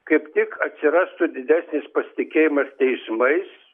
kaip tik atsirastų didesnis pasitikėjimas teismais